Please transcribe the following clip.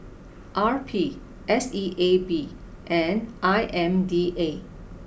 R P S E A B and I M D A